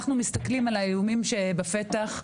אנחנו מסתכלים על האיומים שבפתח,